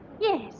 Yes